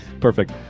Perfect